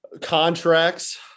Contracts